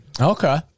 Okay